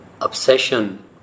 obsession